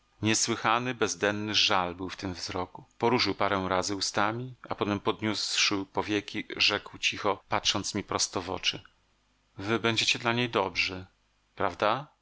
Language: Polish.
niesłychany bezdenny żal był w tym wzroku poruszył parę razy ustami a potem podniósłszy powieki rzekł cicho patrząc mi prosto w oczy wy będziecie dla niej dobrzy prawda